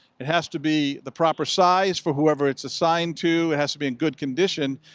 it has to be the proper size for whoever it's assigned to, it has to be in good condition,